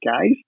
guys